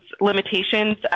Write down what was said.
limitations